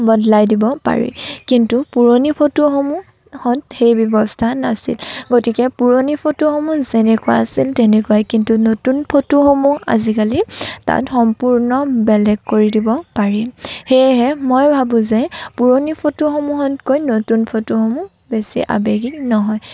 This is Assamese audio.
বদলাই দিব পাৰি কিন্তু পুৰণি ফটোসমূহত সেই ব্য়ৱস্থা নাছিল গতিকে পুৰণি ফটোসমূহ যেনেকুৱা আছিল তেনেকুৱাই কিন্তু নতুন ফটোসমূহ আজিকালি তাত সম্পূৰ্ণ বেলেগ কৰি দিব পাৰি সেয়েহে মই ভাবোঁ যে পুৰণি ফটোসমূহতকৈ নতুন ফটোসমূহ বেছি আৱেগিক নহয়